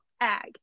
ag